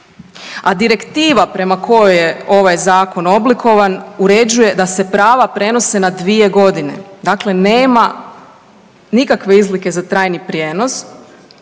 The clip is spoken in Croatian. a direktiva prema kojoj je ovaj zakon oblikovan uređuje da se prava prenose na dvije godine. Dakle, nema nikakve izlike za trajni prijenos.